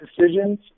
decisions